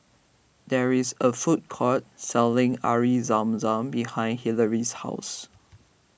there is a food court selling Air Zam Zam behind Hilary's house